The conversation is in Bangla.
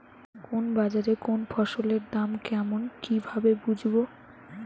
কোন বাজারে কোন ফসলের দাম কেমন কি ভাবে বুঝব?